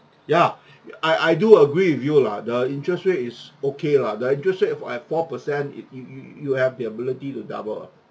ya I I do agree with you lah the interest rate is okay lah the interest rate for at four per cent it you you you you have the ability to double [what]